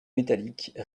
métalliques